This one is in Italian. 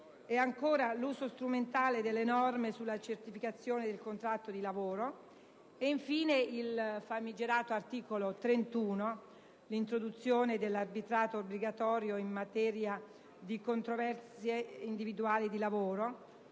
E ancora, l'uso strumentale delle norme sulla certificazione del contratto di lavoro. Ed infine, il famigerato articolo 31, l'introduzione dell'arbitrato obbligatorio in materia di controversie individuali di lavoro,